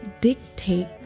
Dictate